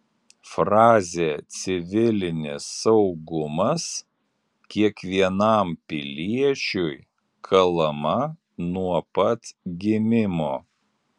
frazė civilinis saugumas kiekvienam piliečiui kalama nuo pat gimimo